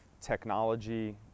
technology